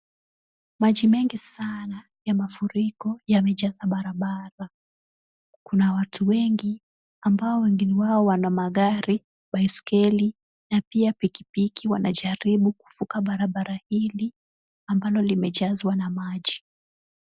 Maji mengi sana ya mafuriko yamejaza barabara. Kuna watu wengi ambao wengi wao wana magari, baiskeli na pia pikipiki, wanajaribu kuvuka barabara hili ambalo limejazwa na maji.